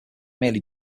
merely